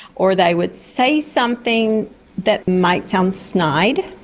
or they would say something that might sound snide.